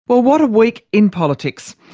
but what a week in politics.